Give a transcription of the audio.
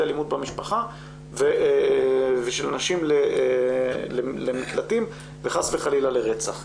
אלימות במשפחה ושל נשים למקלטים וחס וחלילה לרצח.